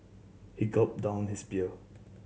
he gulped down his beer